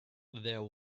there